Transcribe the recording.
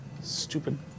Stupid